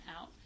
out